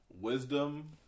wisdom